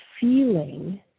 feeling